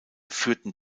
führten